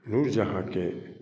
नूरजहाँ के